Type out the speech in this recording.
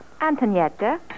Antonietta